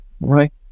right